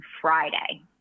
Friday